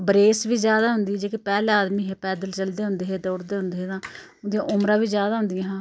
बरेस बी ज्यादा होंदी जेह्के पैह्लें आदमी हे पैदल चलदे होंदे हे दौड़दे होंदे हे तां उंदियां उमरां बी ज्यादा होंदियां हां